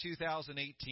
2018